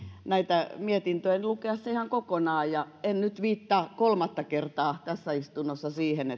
näitä mietintöjä lukea se ihan kokonaan en nyt viittaa kolmatta kertaa tässä istunnossa siihen